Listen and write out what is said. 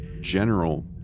general